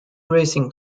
racing